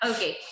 Okay